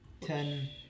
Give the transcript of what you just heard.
Ten